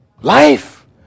Life